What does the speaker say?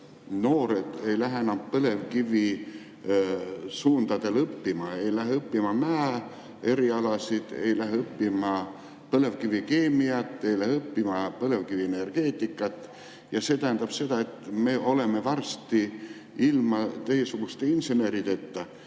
noored ei lähe enam põlevkivisuundadel õppima, ei lähe õppima mäeerialasid, ei lähe õppima põlevkivikeemiat, ei lähe õppima põlevkivienergeetikat. See tähendab aga seda, et me oleme varsti ilma teiesuguste insenerideta.